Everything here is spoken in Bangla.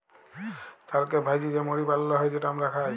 চালকে ভ্যাইজে যে মুড়ি বালাল হ্যয় যেট আমরা খাই